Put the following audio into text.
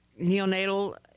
neonatal